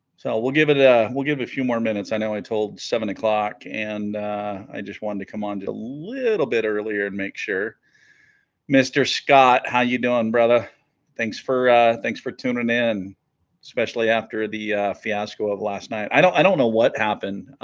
so we'll give it a we'll give it a few more minutes i know i told seven o'clock and i just wanted to come on a little bit earlier to and make sure mr. scott how you doing brother thanks for thanks for tuning in especially after the fiasco of last night i don't i don't know what happened